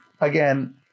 again